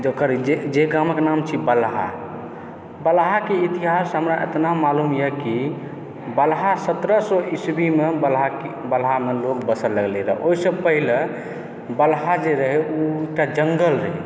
जकर जाहि गामके नाम छी बलहा बलहाके इतिहास हमरा एतेक मालूम यऽ कि बलहा सत्रह सए ईस्वीमे बलहामे लोग बसै लागल रहै ओहिसँ पहिने बलहा जे रहै ओ एकटा जङ्गल रहै